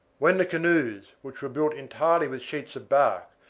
when the canoes, which were built entirely with sheets of bark,